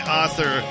author